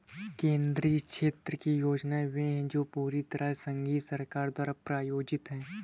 केंद्रीय क्षेत्र की योजनाएं वे है जो पूरी तरह से संघीय सरकार द्वारा प्रायोजित है